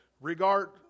Regard